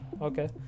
okay